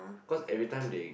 cause every time they